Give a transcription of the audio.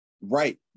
Right